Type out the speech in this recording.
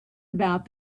about